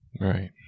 right